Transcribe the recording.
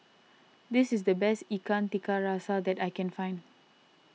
this is the best Ikan Tiga Rasa that I can find